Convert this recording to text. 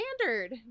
standard